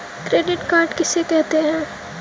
Credit card किसे कहते हैं?